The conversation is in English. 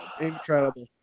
Incredible